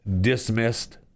dismissed